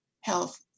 health